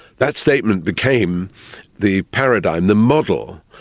that statement became the paradigm, the model,